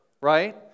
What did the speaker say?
right